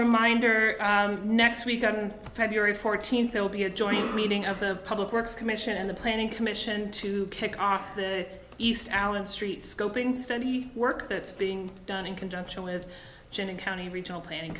reminder next week of february fourteenth there will be a joint meeting of the public works commission the planning commission to kick off the east allen street scoping study work that's being done in conjunction with janet county regional plan